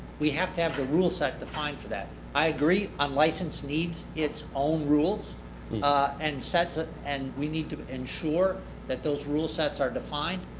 we have to have the rule set defined for that. i agree unlicensed needs its own rules ah and sets, ah and we need to ensure that those rule sets are defined.